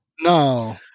No